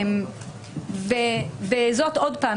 שוב,